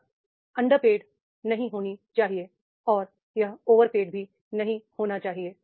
यह अंडरपेड नहीं होनीचाहिए और यह ओवरपेड भी नहीं होना चाहिए